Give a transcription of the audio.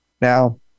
Now